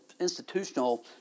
institutional